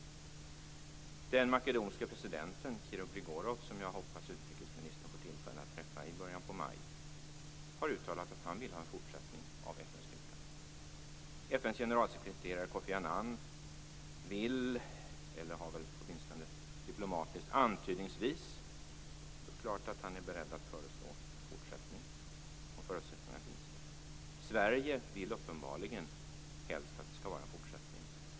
Den makedonska presidenten Kiro Gligorov, som jag hoppas att utrikesministern får tillfälle att träffa i början av maj, har uttalat att han vill ha en fortsatt närvaro av FN-styrkan. FN:s generalsekreterare Koffi Annan vill eller har åtminstone diplomatiskt antydningsvis gjort klart att han är beredd att föreslå en fortsättning, och förutsättningar finns det. Sverige vill uppenbarligen helst att det skall vara en fortsättning.